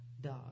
dog